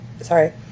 Sorry